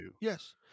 Yes